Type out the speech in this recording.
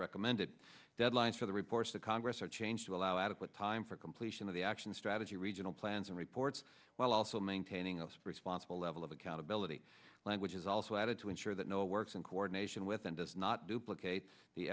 recommended deadlines for the report's the congress are changed to allow adequate time for completion of the action strategy regional plans and reports while also maintain responsible level of accountability language is also added to ensure that no works in coordination with and does not duplicate the